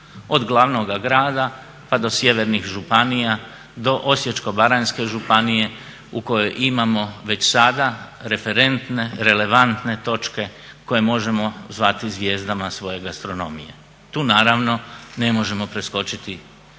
Od glavnoga grada pa do sjevernih županija, do Osječko-baranjske županije u kojoj imamo već sada referentne, relevantne točke koje možemo zvati zvijezdama svoje gastronomije. Tu naravno ne možemo preskočiti